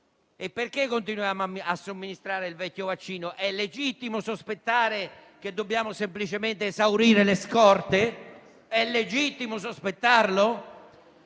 E perché continuiamo a somministrare il vecchio vaccino? È legittimo sospettare che dobbiamo semplicemente esaurire le scorte? È legittimo sospettarlo?